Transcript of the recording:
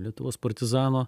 lietuvos partizano